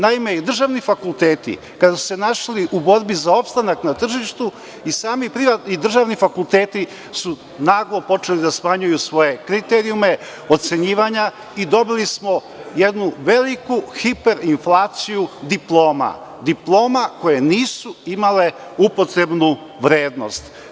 Naime, državni fakulteti, kada su se našli u borbi za opstanak na tržištu, i sami državni fakulteti su naglo počeli da smanjuju svoje kriterijume, ocenjivanja i dobili smo jednu veliku hiperinflaciju diploma, diploma koje nisu imale upotrebnu vrednost.